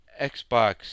Xbox